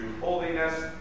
holiness